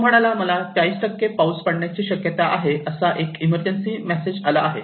तो म्हणाला मला 40 पाऊस पडण्याची शक्यता आहे असा एक इमर्जन्सी मेसेज आला आहे